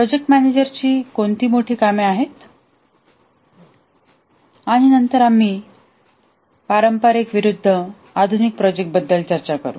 project मॅनेजरची कोणती मोठी कामे आहेत आणि नंतर आम्ही पारंपारिक विरुद्ध आधुनिक प्रोजेक्ट बद्दल चर्चा करू